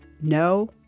no